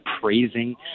praising